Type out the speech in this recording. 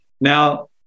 Now